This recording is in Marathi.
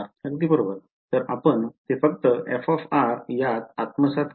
तर आपण ते फक्त f यात आत्मसात केले